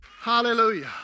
Hallelujah